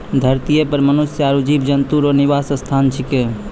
धरतीये पर मनुष्य आरु जीव जन्तु रो निवास स्थान छिकै